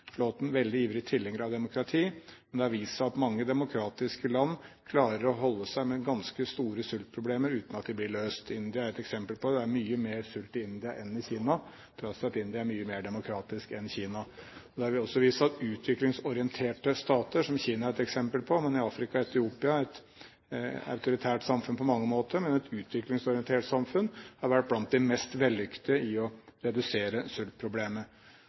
veldig ivrig tilhenger av demokrati, men det har vist seg at mange demokratiske land klarer å holde seg med ganske store sultproblemer uten at de blir løst. India er et eksempel på dette; det er mye mer sult i India enn i Kina, til tross for at India er mye mer demokratisk enn Kina. Det har også vist seg at utviklingsorienterte stater – som Kina er et eksempel på, og i Afrika Etiopia, et autoritært samfunn på mange måter, men et utviklingsorientert samfunn – har vært blant de mest vellykkede når det gjelder å redusere